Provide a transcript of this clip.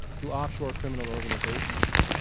to offshore criminal organizations.